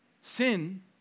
Sin